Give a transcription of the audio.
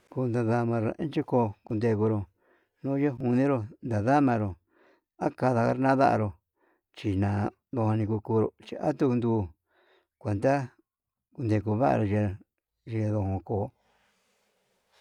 Kundama nde cheyo'o kundevoro, nuyen jundero nadamaro akada nadaro, china ndoni kuku kuchi atundu kuenta nekundaru ye'e, yendon ko'o.